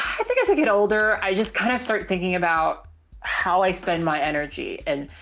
i think as i get older i just kind of start thinking about how i spend my energy and,